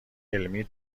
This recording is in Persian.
علمی